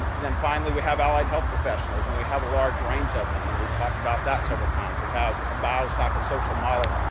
then, finally, we have allied health professionals, and we have a large range of them. and we've talked about that several times. we have a biopsychosocial model,